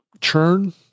churn